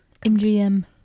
mgm